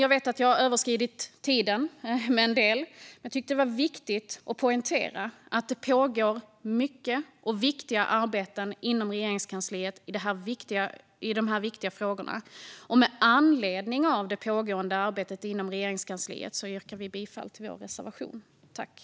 Jag vet att jag har överskridit min talartid, men jag tyckte att det var viktigt att poängtera att det pågår många och viktiga arbeten inom Regeringskansliet i dessa viktiga frågor. Med anledning av det pågående arbetet inom Regeringskansliet yrkar jag bifall till reservationen.